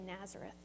Nazareth